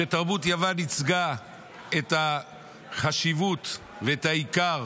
כשתרבות יוון ייצגה את החשיבות ואת העיקר